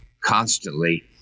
constantly